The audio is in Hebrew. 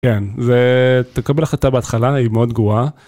כן, זה... תקבל החלטה בהתחלה, נגיד מאוד גרועה.